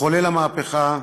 מחולל המהפכה,